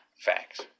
facts